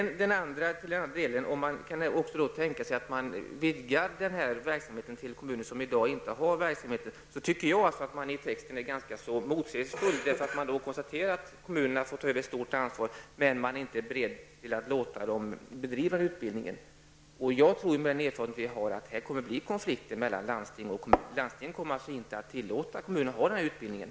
När det gäller frågan om man kan tänka sig att vidga denna verksamhet till kommuner som i dag inte har sådan verksamhet, tycker jag att texten är ganska motsägelsefull. Man konstaterar nämligen att kommunerna har fått ta över ett stort ansvar, men man är inte beredd att låta dem bedriva utbildning. Mot bakgrund av de erfarenheter vi har tror jag att konflikter kommer att uppstå mellan landsting och kommun. Landstingen kommer inte att tillåta kommunerna att anordna denna utbildning.